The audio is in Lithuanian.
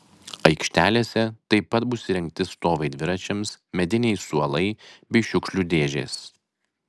aikštelėse taip pat bus įrengti stovai dviračiams mediniai suolai bei šiukšlių dėžės